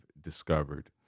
discovered